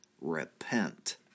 repent